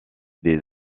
des